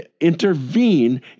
intervene